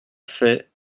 fait